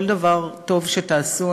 כל דבר טוב שתעשו,